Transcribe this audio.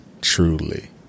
truly